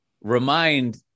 remind